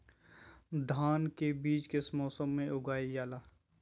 धान के बीज किस मौसम में उगाईल जाला?